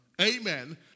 amen